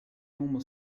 normal